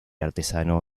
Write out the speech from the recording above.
artesano